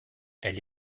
elle